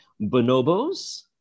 bonobos